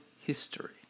history